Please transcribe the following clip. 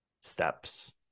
steps